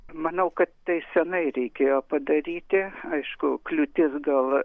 manau kad tai senai reikėjo padaryti aišku kliūtis gal